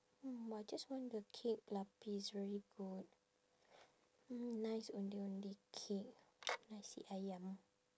hmm I just want the kek lapis very good mm nice ondeh ondeh cake nasi ayam